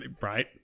right